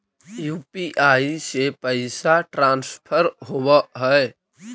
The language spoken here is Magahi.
यु.पी.आई से पैसा ट्रांसफर होवहै?